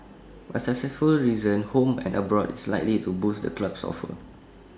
A successful season home and abroad is likely to boost the club's coffers